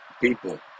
People